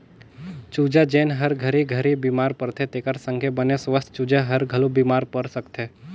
चूजा जेन हर घरी घरी बेमार परथे तेखर संघे बने सुवस्थ चूजा हर घलो बेमार पर सकथे